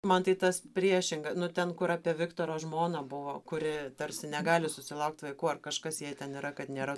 man tai tas priešinga nu ten kur apie viktoro žmoną buvo kuri tarsi negali susilaukt vaikų ar kažkas jai ten yra kad nėra